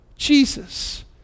Jesus